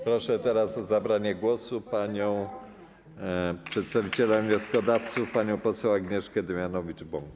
Proszę teraz o zabranie głosu panią przedstawicielkę wnioskodawców poseł Agnieszkę Dziemianowicz-Bąk.